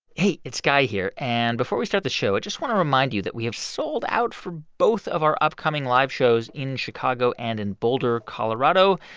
hey, it's guy here. and before we start the show, i just want to remind you that we have sold out for both of our upcoming live shows in chicago and in boulder, colo.